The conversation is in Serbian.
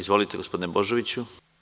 Izvolite, gospodine Božoviću.